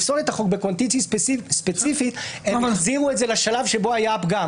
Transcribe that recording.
בקוונטינסקי ספציפית הם החזירו את זה לשלב שבו היה הפגם.